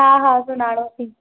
हा हा सुञाणोसीं